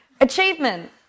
Achievement